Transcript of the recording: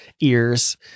ears